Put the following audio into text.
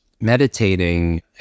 meditating